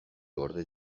gorde